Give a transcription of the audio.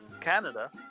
Canada